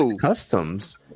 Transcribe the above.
Customs